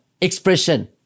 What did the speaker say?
expression